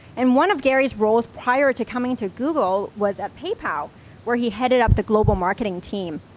and one of garyis roles prior to coming to google was at paypal where he headed up the global marketing team.